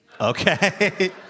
Okay